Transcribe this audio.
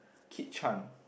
Kit-Chan